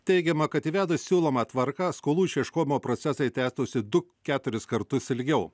teigiama kad įvedus siūlomą tvarką skolų išieškojimo procesai tęstųsi du keturis kartus ilgiau